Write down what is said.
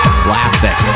classic